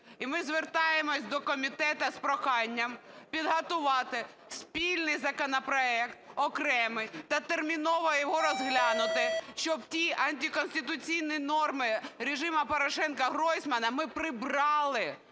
І ми звертаємося до комітету з проханням підготувати спільний законопроект окремий та терміново його розглянути, щоб ті антиконституційні норми режиму Порошенка-Гройсмана ми прибрали,